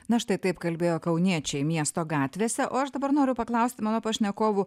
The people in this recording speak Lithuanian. na štai taip kalbėjo kauniečiai miesto gatvėse o aš dabar noriu paklausti mano pašnekovų